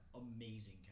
amazing